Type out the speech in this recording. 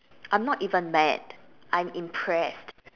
I'm not even mad I'm impressed